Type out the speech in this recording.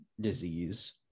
disease